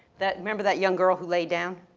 that, remember that young girl who lay down?